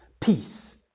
peace